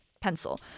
pencil